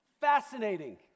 Fascinating